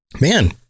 man